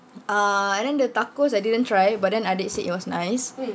uh and then the tacos I didn't try but then adik said it was nice